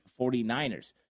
49ers